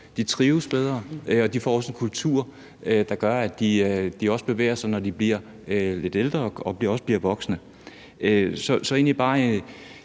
de trives bedre, og de får også en kultur, der gør, at de også bevæger sig, når de bliver lidt ældre og bliver voksne. Så det er egentlig bare